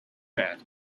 red